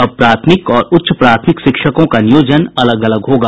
अब प्राथमिक और उच्च प्राथमिक शिक्षकों का नियोजन अलग अलग होगा